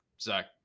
Zach